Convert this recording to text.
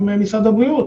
וגם משרד הבריאות